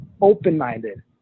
open-minded